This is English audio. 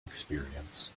experience